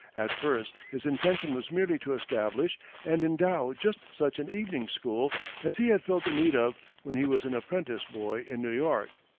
at first his intention was merely to establish and endow just such an evening school as he had felt the need of when he was an apprentice boy in new york.